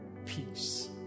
peace